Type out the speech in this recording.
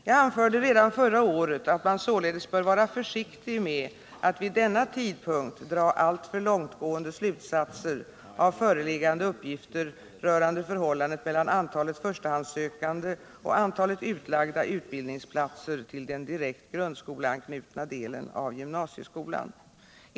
Jag anförde redan förra året att man således bör vara försiktig med att vid denna tidpunkt dra alltför långtgående slutsatser av föreliggande uppgifter rörande förhållandet mellan antalet förstahandssökande och antalet utlagda utbildningsplatser till den direkt grundskoleanknutna delen av gymnasieskolan.